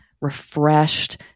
refreshed